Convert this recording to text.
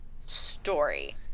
story